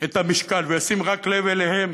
את המשקל, וישים לב רק אליהן